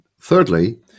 Thirdly